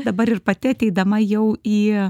dabar ir pati ateidama jau į